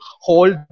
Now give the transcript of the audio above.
hold